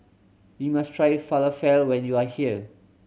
you must try Falafel when you are here